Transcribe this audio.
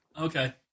okay